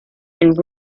and